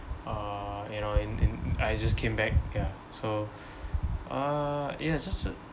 uh you know and and I just came back ya so uh yeah just